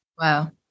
Wow